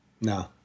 no